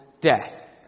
death